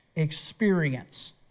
experience